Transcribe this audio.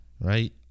Right